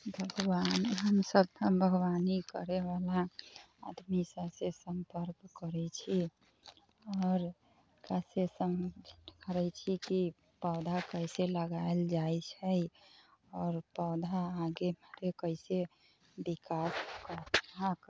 बागवान हम सभ तऽ बागवानी करै बला आदमी सभसँ सम्पर्क करै छी आओर कइसे सम्पर्क करै छी कि पौधा कइसे लगायल जाइ छै आओर पौधा आगे अहाँके कइसे विकास करते